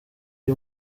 iri